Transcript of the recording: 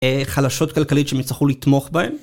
אה.. חלשות כלכלית שהם יצטרכו לתמוך בהן.